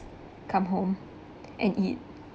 come home and eat